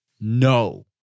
No